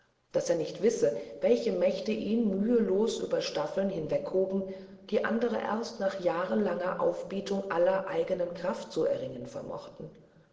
daß er nicht wisse welche mächte ihn mühelos über staffeln hinweghoben die andere erst nach jahrelanger aufbietung aller eigenen kraft zu erringen vermochten